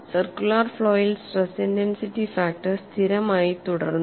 circular ഫ്ലോയിൽ stress intensity factor സ്ഥിരമായി തുടർന്നു